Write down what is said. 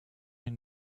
une